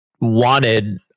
wanted